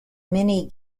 mini